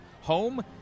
Home